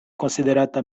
konsiderata